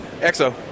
EXO